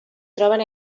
troben